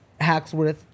Hacksworth